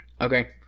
Okay